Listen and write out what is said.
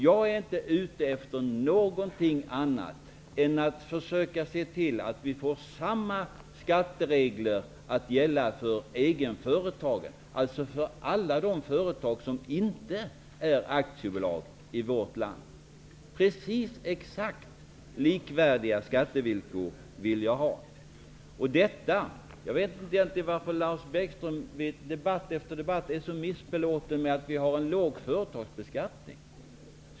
Jag är inte ute efter någonting annat än att försöka se till att få precis, exakt, likvärdiga skatteregler för egenföretagen, dvs. för alla de företag i vårt land som inte är aktiebolag. Jag vet egentligen inte varför Lars Bäckström i debatt efter debatt är så missbelåten med att vi har en låg företagsbeskattning här i landet.